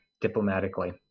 diplomatically